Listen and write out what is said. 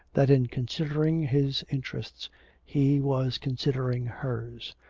that in considering his interests he was considering hers.